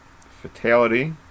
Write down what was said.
Fatality